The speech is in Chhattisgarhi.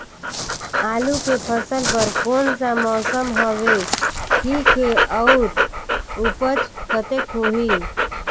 आलू के फसल बर कोन सा मौसम हवे ठीक हे अउर ऊपज कतेक होही?